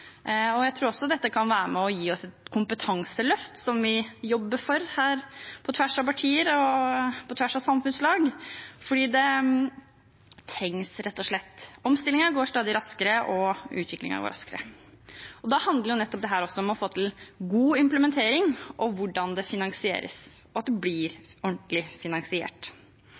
Jeg tror også dette kan være med på å gi oss et kompetanseløft, noe vi jobber for på tvers av partier og på tvers av samfunnslag, for det trengs rett og slett. Omstillingen går stadig raskere, og utviklingen går raskere. Da handler nettopp dette også om å få til god implementering, og om hvordan det finansieres, og at det blir ordentlig finansiert.